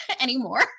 anymore